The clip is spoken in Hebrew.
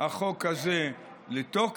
החוק הזה לתוקף